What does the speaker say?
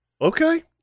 Okay